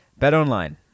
BetOnline